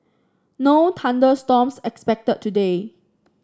no thunder storms expected today